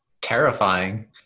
terrifying